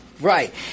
Right